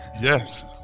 Yes